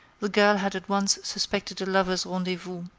the girl had at once suspected a lovers' rendezvous.